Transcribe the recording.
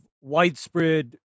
widespread